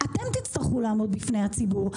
אתם תצטרכו לעמוד בפני הציבור.